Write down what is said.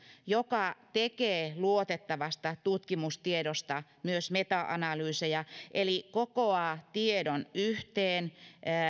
joka tekee luotettavasta tutkimustiedosta myös meta analyyseja eli kokoaa tiedon yhteen